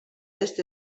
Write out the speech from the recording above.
est